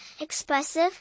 expressive